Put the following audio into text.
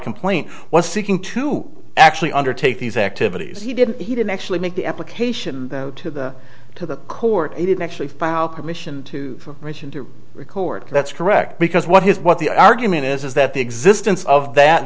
complaint was seeking to actually undertake these activities he did he didn't actually make the application to the to the court he didn't actually file permission to ration to record that's correct because what his what the argument is is that the existence of that